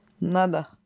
Nada